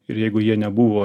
ir jeigu jie nebuvo